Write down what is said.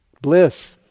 Bliss